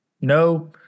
No